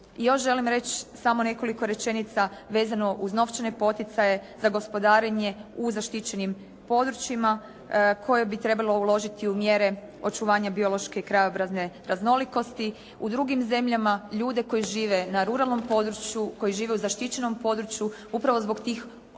Još želim reći samo nekoliko rečenica vezano uz novčane poticaje za gospodarenje u zaštićenim područjima koje bi trebalo uložiti u mjere očuvanja biološke krajobrazne raznolikosti. U drugim zemljama ljude koji žive na ruralnom području, koji žive u zaštićenom području, upravo zbog tih otežanih